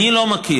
אני לא מכיר,